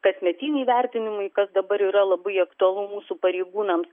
kasmetiniai vertinimai kas dabar yra labai aktualu mūsų pareigūnams